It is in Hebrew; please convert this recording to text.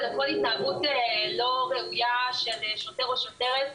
ולכל התנהגות לא ראויה של שוטר או שוטרת.